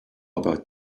about